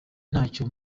ntacyo